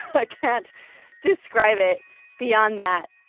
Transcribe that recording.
i can't describe it beyond that,